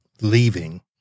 leaving